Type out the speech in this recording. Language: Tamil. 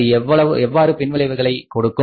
அது எவ்வாறு பின்விளைவுகளை கொடுக்கும்